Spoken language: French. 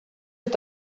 est